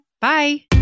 Bye